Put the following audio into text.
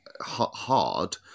hard